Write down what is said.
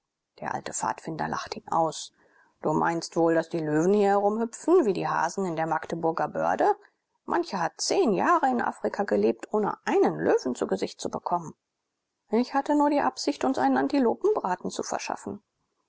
der alte pfadfinder lachte ihn aus du meinst wohl daß die löwen hier herumhüpfen wie die hasen in der magdeburger böhrde mancher hat zehn jahre in afrika gelebt ohne einen löwen zu gesicht zu bekommen ich hatte nur die absicht uns einen antilopenbraten zu verschaffen